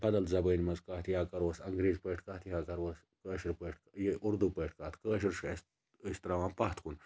بَدَل زَبٲنٛۍ مَنٛز کَتھ یا کَروس اَنٛگریٖز پٲٹھۍ کتھ یا کَروس کٲشِرۍ پٲٹھۍ یہِ اردوٗ پٲٹھۍ کتھ کٲشُر چھُ اَسہِ أسۍ تراوان پتھ کُن